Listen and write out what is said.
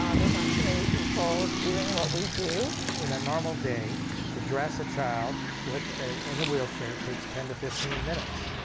um there's not too many people doing what we do. in a normal day to dress a child with a in a wheelchair, it takes ten to fifteen minutes.